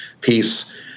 peace